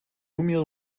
mir